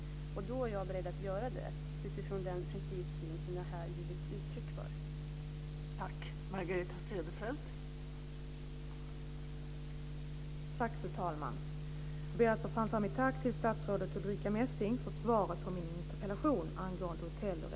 Det är jag beredd att göra utifrån den principsyn som jag här givit uttryck för.